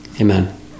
amen